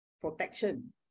protection